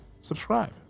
subscribe